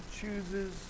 chooses